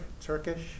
Turkish